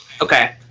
Okay